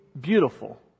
beautiful